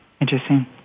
Interesting